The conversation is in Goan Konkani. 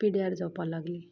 पिड्ड्यार जावपा लागली